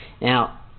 now